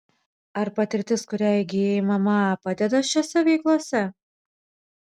ar patirtis kurią įgijai mma padeda šiose veiklose